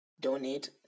donate